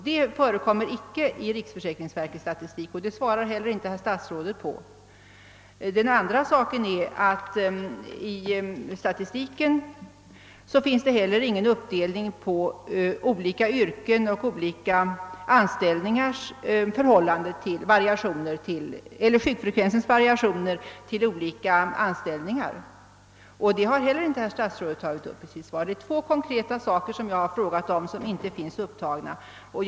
Det förekommer icke i riksförsäkringsverkets statistik, och det svarar inte heller herr statsrådet på. För det andra finns det i statistiken inte någon uppgift om sjukdomsfrekvensens variationer inom olika yrken och anställningar. Detta har herr statsrådet inte heller berört i sitt svar. Två konkreta saker som jag har frågat om finns alltså inte upptagna där.